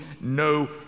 no